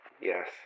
yes